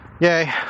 yay